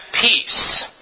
peace